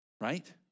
right